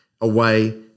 away